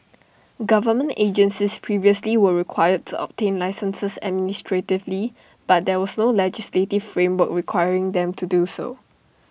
government agencies previously were required to obtain licences administratively but there was no legislative framework requiring them to do so